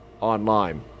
online